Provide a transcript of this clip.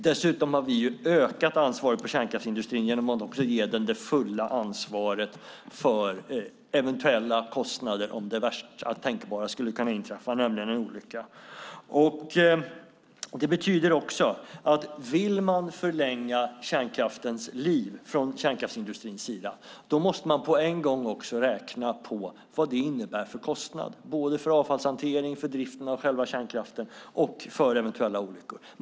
Dessutom har vi ökat ansvaret för kärnkraftsindustrin genom att också ge den det fulla ansvaret för eventuella kostnader om det värsta tänkbara skulle inträffa, nämligen en olycka. Det betyder också att om man från kärnkraftsindustrins sida vill förlänga kärnkraftens liv måste man på en gång också räkna på vad det innebär för kostnad, både för avfallshantering, för själva driften av kärnkraften och för eventuella olyckor.